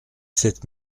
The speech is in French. sept